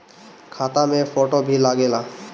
खाता मे फोटो भी लागे ला?